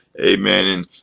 Amen